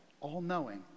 all-knowing